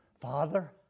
Father